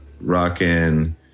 rocking